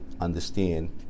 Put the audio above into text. understand